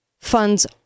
funds